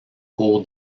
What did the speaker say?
cour